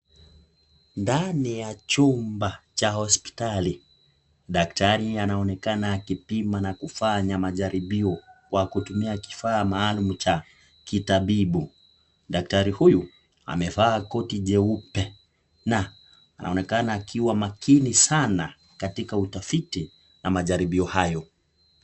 Ndani ya chumba cha hospitali, daktari anaonekana akipima na kufanya majaribio kwa kutumia kifaa maalum cha kitabibu, daktari huyu, amevaa koti jeupe na anaonekana akiwa makini sana katika utafiti na majaribio hayo.